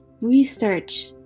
research